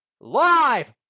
Live